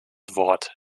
wort